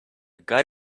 got